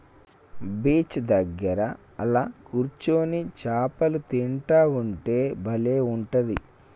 beach దగ్గర అలా కూర్చొని చాపలు తింటా ఉంటే బలే ఉంటది